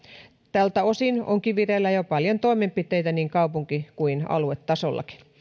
tältä osin onkin vireillä jo paljon toimenpiteitä niin kaupunki kuin aluetasollakin